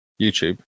YouTube